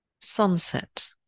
Sunset